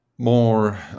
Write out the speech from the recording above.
more